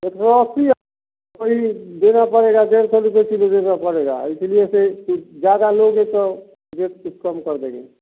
एक सौ अस्सी वही देना पड़ेगा डेढ़ सौ रुपए कीलो देना पड़ेगा इसीलिए से कुछ ज़्यादा लोगे तो रेट कुछ कम कर देंगे